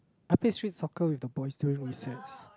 I played street soccer with the boys during recess